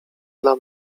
dla